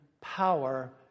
power